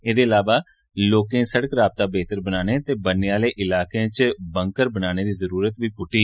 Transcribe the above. एह्दे अलावा लोकें सड़क रावता बेह्तर बनाने ते ब'न्ने आह्ले इलाकें च बनकर बनाने दी जरूरत बी पुट्टी